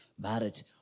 marriage